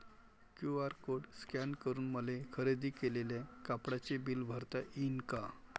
QR code scan करून मले खरेदी केलेल्या कापडाचे बिल भरता यीन का?